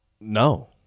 No